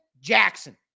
Jackson